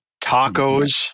tacos